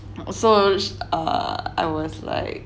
also err I was like